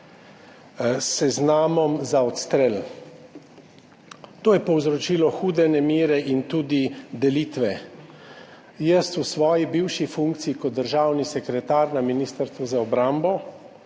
seznamom za odstrel. To je povzročilo hude nemire in tudi delitve. V svoji bivši funkciji kot državni sekretar na Ministrstvu za obrambo